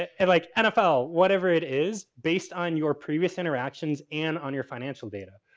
and like nfl, whatever it is based on your previous interactions and on your financial data.